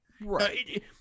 right